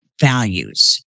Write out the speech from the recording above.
values